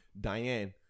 Diane